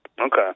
Okay